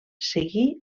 seguir